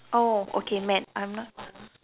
oh okay mad I'm not